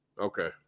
okay